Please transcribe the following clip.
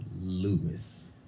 lewis